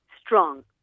strong